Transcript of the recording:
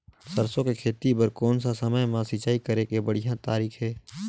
सरसो के खेती बार कोन सा समय मां सिंचाई करे के बढ़िया तारीक हे?